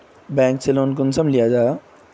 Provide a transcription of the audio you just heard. Bank से loan कुंसम लिया जाहा?